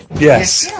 yes.